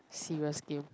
serious game